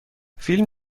فیلم